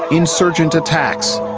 insurgent attacks,